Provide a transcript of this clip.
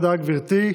תודה, גברתי.